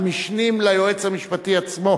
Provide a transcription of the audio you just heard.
המשנים ליועץ המשפטי עצמו